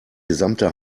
gesamte